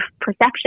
perception